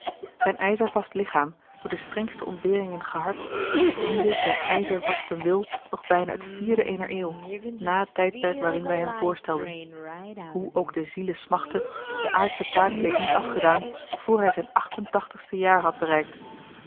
zijn ijzervast lichaam door de strengste ontberingen gehard diende zijn ijzervasten wil nog bijna het vierde eener eeuw nà het tijdperk waarin wij hem voorstelden hoe ook de ziele smachtte de aardsche taak bleek niet afgedaan vr hij zijn achtentachtigste jaar had bereikt